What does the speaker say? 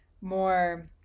more